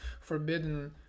forbidden